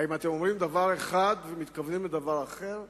האם אתם אומרים דבר אחד ומתכוונים לדבר אחר?